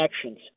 actions